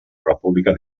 república